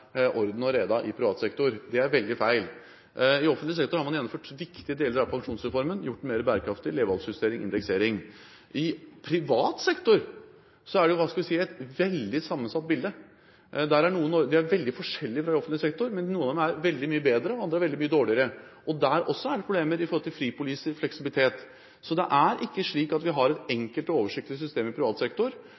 veldig feil. I offentlig sektor har man gjennomført viktige deler av pensjonsreformen og gjort den mer bærekraftig – med levealdersjustering, indeksering. I privat sektor er det – hva skal vi si – et veldig sammensatt bilde. Ordningen er veldig forskjellig fra den i offentlig sektor. Noen er veldig mye bedre og andre veldig mye dårligere. Der er det også problemer i forhold til fripoliser og fleksibilitet. Så det er ikke slik at vi har et enkelt og oversiktlig system i privat sektor